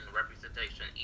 representation